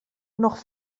noch